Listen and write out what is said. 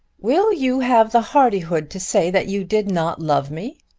will you have the hardihood to say that you did not love me?